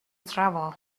travel